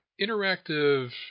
interactive